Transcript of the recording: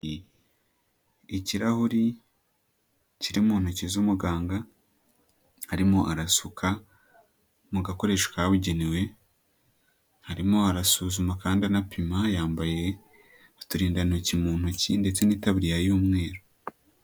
Ikirahuri kiri mu ntoki z'umuganga, arimo arasuka mu gakoresho kabugenewe, arimo arasuzuma kandi anapima, yambaye uturindantoki mu ntoki ndetse n'itaburiya y'umweru.